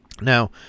Now